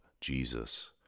Jesus